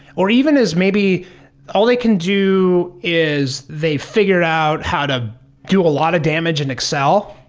or even as maybe all they can do is they figured out how to do a lot of damage in excel.